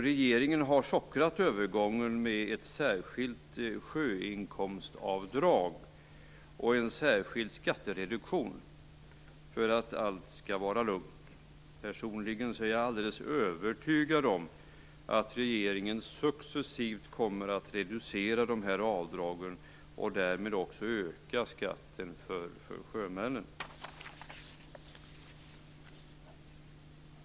Regeringen har sockrat övergången med ett särskilt sjöinkomstavdrag och en särskild skattereduktion för att allt skall vara lugnt. Personligen är jag alldeles övertygad om att regeringen successivt kommer att reducera dessa avdrag och därmed också öka skatten för sjömännen.